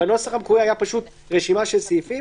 בנוסח המקורי היה פשוט רשימה של סעיפים,